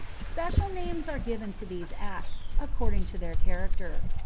special names are given to these acts, according to their character,